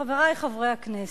חברי חברי הכנסת,